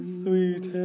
sweet